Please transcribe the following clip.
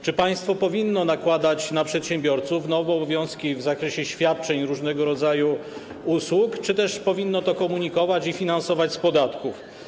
Czy państwo powinno nakładać na przedsiębiorców nowe obowiązki w zakresie świadczeń różnego rodzaju usług, czy też powinno to komunikować i finansować z podatków?